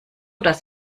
das